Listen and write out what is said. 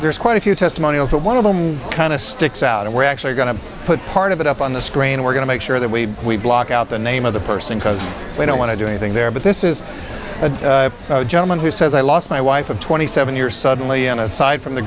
there's quite a few testimonials but one of them kind of sticks out and we're actually going to put part of it up on the screen we're going to make sure that we we block out the name of the person because we don't want to do anything there but this is a gentleman who says i lost my wife of twenty seven years suddenly and aside from the